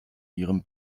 ihrem